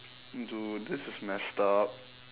dude this is messed up